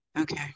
Okay